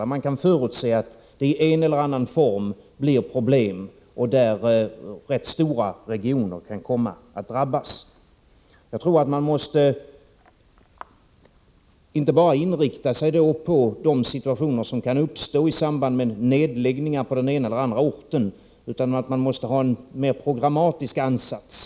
Det handlar alltså om områden där problem i en eller annan form kan förutses. Det kan ju vara rätt stora regioner som drabbas. Man måste nog inte bara inrikta sig på de situationer som kan uppstå i samband med nedläggningar på den ena eller den andra orten utan också göra en mera programmatisk ansats.